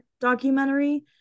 documentary